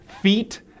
feet